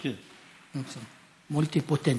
מולטי-פוטנט.